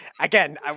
again